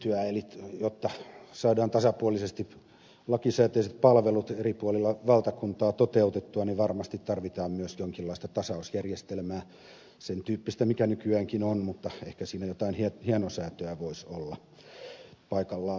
eli jotta saadaan tasapuolisesti lakisääteiset palvelut eri puolilla valtakuntaa toteutettua varmasti tarvitaan myös jonkinlaista tasausjärjestelmää sen tyyppistä mikä nykyäänkin on mutta ehkä siinä jotain hienosäätöä voisi olla paikallaan vielä tehdä